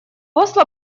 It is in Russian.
осло